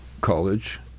College